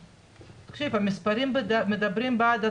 תקשיב, המספרים מדברים בעד עצמם.